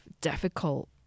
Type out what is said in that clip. difficult